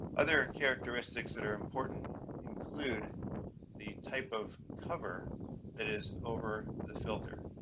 other characteristics that are important include the type of cover that is over the filter.